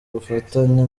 bufatanye